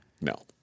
No